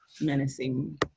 menacing